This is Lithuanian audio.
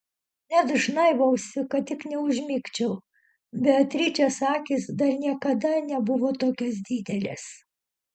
net žnaibausi kad tik neužmigčiau beatričės akys dar niekada nebuvo tokios didelės